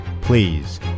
Please